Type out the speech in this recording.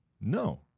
no